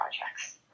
projects